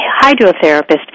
hydrotherapist